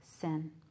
sin